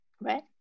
right